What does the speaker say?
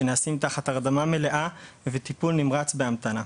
שנעשים תחת הרדמה מלאה וטיפול נמרץ בהמתנה.